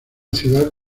ciudad